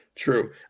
true